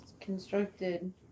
constructed